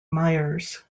myers